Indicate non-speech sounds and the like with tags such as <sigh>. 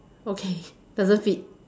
okay <laughs> doesn't fit